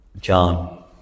John